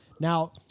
Now